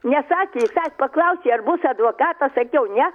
nesakė visai paklausė ar bus advokatas sakiau ne